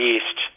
East